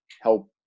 Help